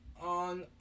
on